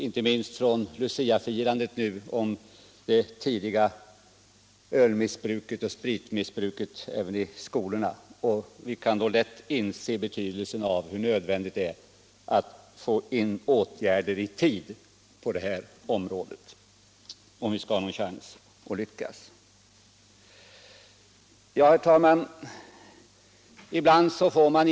Inte minst Luciafirandet har gett besked om det tidiga ölmissbruket och spritmissbruket t. 0. m. i skolorna. Vi kan då lätt inse betydelsen av att det vidtas åtgärder på detta område i tid, om vi skall ha någon chans att lyckas. Herr talman!